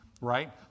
right